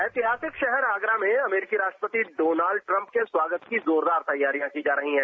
ऐतिहासिक शहर आगरा में अमेरिकी राष्ट्रपति डॉनल्ड ट्रंप के स्वागत की जोरदार तैयारियां की जा रही हैं